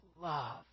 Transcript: love